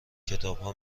کتابها